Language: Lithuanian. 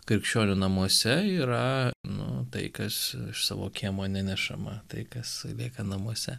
krikščionių namuose yra nu tai kas iš savo kiemo nenešama tai kas lieka namuose